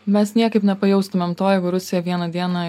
mes niekaip nepajaustumėm to jeigu rusija vieną dieną